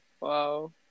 Wow